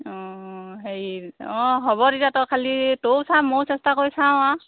অঁ হেৰি অঁ হ'ব তেতিয়া তই খালী তয়ো চা ময়ো চেষ্টা কৰি চাওঁ আৰু